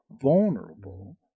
vulnerable